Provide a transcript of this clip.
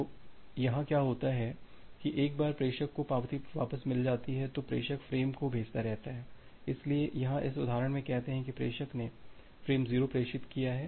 तो यहाँ क्या होता है कि एक बार प्रेषक को पावती वापस मिल जाती है तो प्रेषक फ्रेम को भेजता रहता है इसलिए यहाँ इस उदाहरण में कहते हैं कि प्रेषक ने फ्रेम 0 प्रेषित किया है